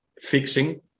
fixing